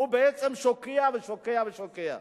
ובעצם שוקע ושוקע ושוקע.